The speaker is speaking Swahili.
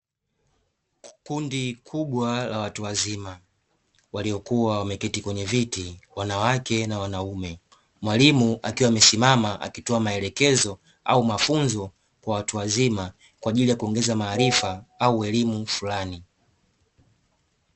Kundi kubwa la watu wazima waliokuwa wameketi kwenye viti wanawake na wanaume, mwalimu akiwa amesimama akitoa maelekezo au mafunzo kwa watu wazima kwa ajili ya kuongeza maarifa au elimu fulani.